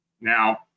Now